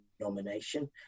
nomination